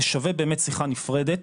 זה שווה באמת שיחה נפרדת